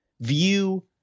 view